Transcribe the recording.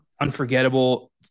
unforgettable